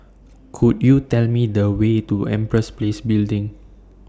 Could YOU Tell Me The Way to Empress Place Building